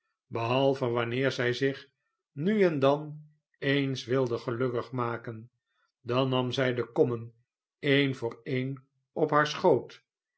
behalve wanneer zij zich nu en dan eens wilde gelukkig maken dan nam zij de kommen een voor een op haar schoot